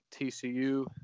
TCU